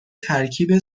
ترکیب